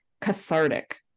cathartic